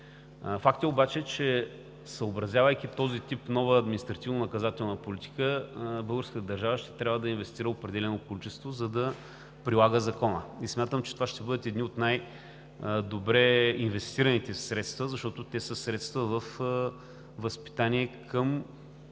Факт е обаче, че съобразявайки този тип нова административнонаказателна политика, българската държава ще трябва да инвестира определено количество, за да прилага Закона и смятам, че това ще бъдат едни от най-добре инвестираните средства, защото те са средства във възпитание към